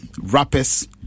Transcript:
rappers